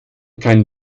kein